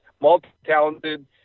multi-talented